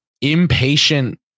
Impatient